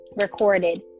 recorded